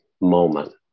moment